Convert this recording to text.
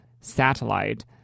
satellite